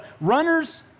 runners